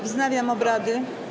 Wznawiam obrady.